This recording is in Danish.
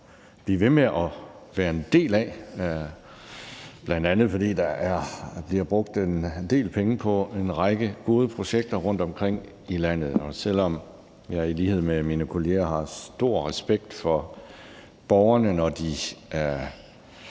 blive ved med at være en del af, bl.a. fordi der bliver brugt en del penge på en række gode projekter rundtomkring i landet. Selv om jeg i lighed med mine kolleger har stor respekt for borgerne, når de